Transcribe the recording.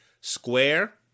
Square